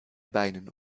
beinen